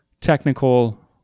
technical